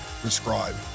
prescribe